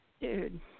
dude